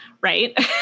right